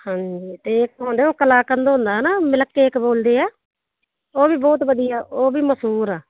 ਹਾਂਜੀ ਅਤੇ ਇੱਕ ਹੁੰਦਾ ਉਹ ਕਲਾਕੰਦ ਹੁੰਦਾ ਹੈ ਨਾ ਮਿਲਕ ਕੇਕ ਬੋਲਦੇ ਆ ਉਹ ਵੀ ਬਹੁਤ ਵਧੀਆ ਉਹ ਵੀ ਮਸੂਰ ਆ